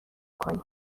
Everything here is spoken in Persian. کنی